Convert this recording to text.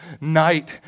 night